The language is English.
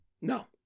No